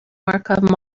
markov